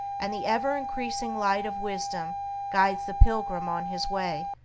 and the ever-increasing light of wisdom guides the pilgrim on his way.